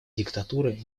диктатуры